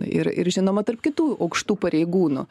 ir ir žinoma tarp kitų aukštų pareigūnų